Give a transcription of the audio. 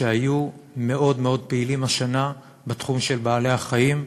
שהיו מאוד מאוד פעילים השנה בתחום של בעלי-החיים.